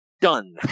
Done